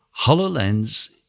HoloLens